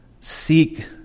seek